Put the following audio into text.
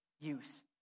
use